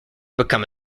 become